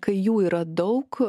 kai jų yra daug